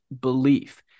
belief